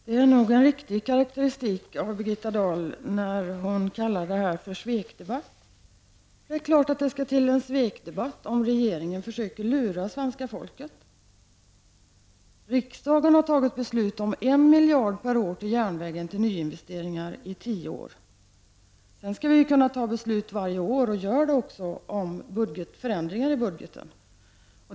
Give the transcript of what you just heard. Herr talman! Det är nog en riktig karakteristik när Birgitta Dahl kallar detta för svekdebatt. Det är klart att det skall till en svekdebatt, om rege ringen försöker lura svenska folket. Riksdagen har fattat beslut om en miljard per år till nyinvesteringar i järnvägen under 10 år. Sedan skall vi kunna fatta beslut varje år — och gör det också — om förändringar i budgeten.